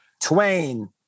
twain